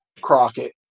Crockett